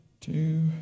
two